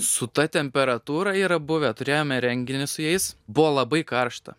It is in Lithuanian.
su ta temperatūra yra buvę turėjome renginį su jais buvo labai karšta